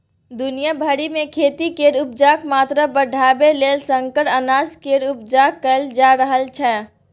दुनिया भरि मे खेती केर उपजाक मात्रा बढ़ाबय लेल संकर अनाज केर उपजा कएल जा रहल छै